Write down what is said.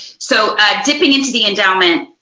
so dipping into the endowment,